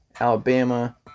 Alabama